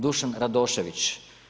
Dušan Radošević“